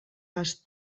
les